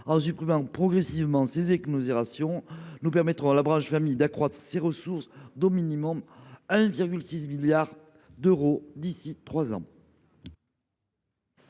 En supprimant progressivement ces exonérations, nous permettrons à la branche famille d’accroître ses ressources d’au minimum 1,6 milliard d’euros d’ici trois ans.